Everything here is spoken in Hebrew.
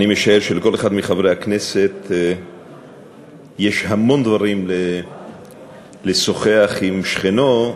אני משער שלכל אחד מחברי הכנסת יש המון דברים לשוחח עליהם עם שכנו,